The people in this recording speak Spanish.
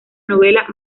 novela